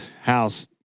house